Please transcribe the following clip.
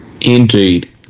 Indeed